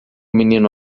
menino